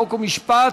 חוק ומשפט